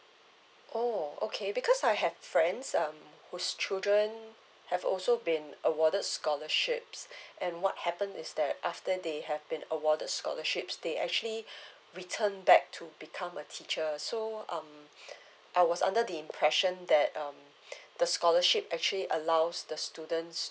oh okay because I have friends um whose children have also been awarded scholarships and what happen is that after they have been awarded scholarships they actually return back to become a teacher so um I was under the impression that um the scholarship actually allows the students